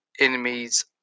enemies